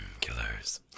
killers